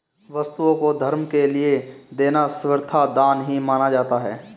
वस्तुओं को धर्म के लिये देना सर्वथा दान ही माना जाता है